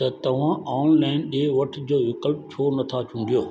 त तव्हां ऑनलाइन ॾिए वठु जो विकल्पु छो नथा चूंडियो